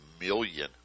million